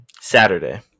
Saturday